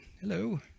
hello